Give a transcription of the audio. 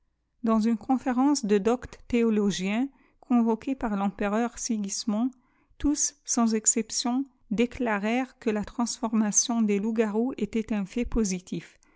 dans une conférence de doctes théologiens convoqués par l'empereur sigismond tous sans exception déclarèrent que la transformation des loups-garous était un fait positif